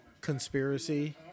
conspiracy